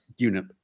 unit